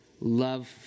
love